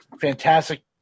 fantastic